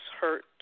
hurt